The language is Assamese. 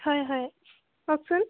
হয় হয় কওকচোন